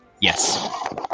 Yes